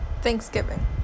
Thanksgiving